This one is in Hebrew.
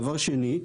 דבר שני,